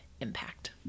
impact